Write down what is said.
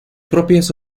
propios